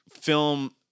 film